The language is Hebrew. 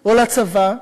או לצבא.